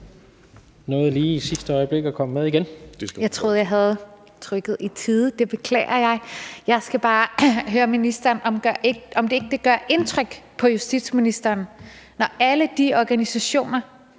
med igen. Værsgo. Kl. 16:25 Rosa Lund (EL): Jeg troede, jeg havde trykket i tide. Det beklager jeg. Jeg skal bare høre justitsministeren, om ikke det gør indtryk på ministeren, når alle de organisationer,